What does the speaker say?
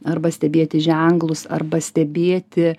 arba stebėti ženklus arba stebėti